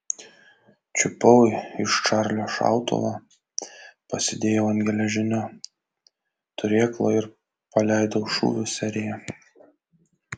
čiupau iš čarlio šautuvą pasidėjau ant geležinio turėklo ir paleidau šūvių seriją